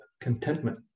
contentment